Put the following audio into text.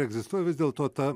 egzistuoja vis dėl to ta